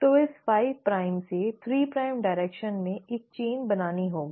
तो इसे 5 प्राइम से 3 प्राइम डायरेक्शन में एक चेन बनानी होगी